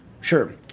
Sure